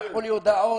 שלחו לי הודעות,